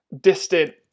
distant